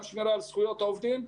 גם שמירה על זכויות העובדים.